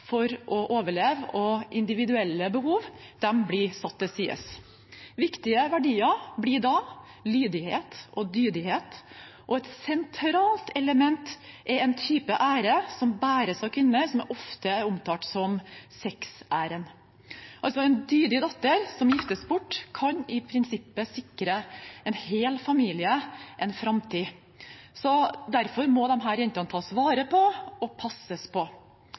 for å overleve, og individuelle behov blir satt til side. Viktige verdier blir da lydighet og dydighet, og et sentralt element er en type ære som bæres av kvinner, og som ofte omtales som sexæren. En dydig datter som giftes bort, kan i prinsippet sikre en hel familie en framtid. Derfor må disse jentene tas vare på og passes på.